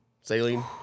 Saline